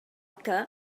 que